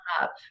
up